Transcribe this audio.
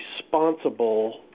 responsible